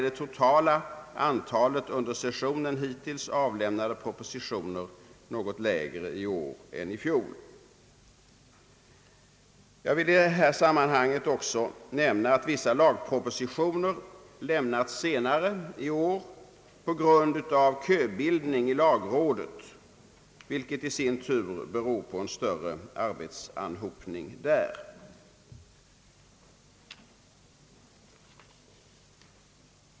Det totala antalet hittills avlämnade propositioner är också något lägre än i fjol. Jag vill i detta sammanhang nämna att vissa lagpropositioner lämnats senare i år på grund av köbildning i lagrådet, vilket i sin tur beror på en större arbetsanhopning där.